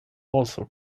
also